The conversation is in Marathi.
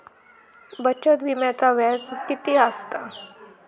बचत विम्याचा व्याज किती असता?